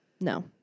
No